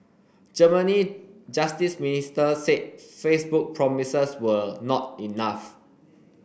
Germany justice minister said Facebook promises were not enough